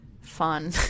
fun